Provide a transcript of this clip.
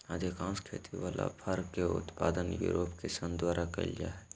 अधिकांश खेती वला फर के उत्पादन यूरोप किसान द्वारा कइल जा हइ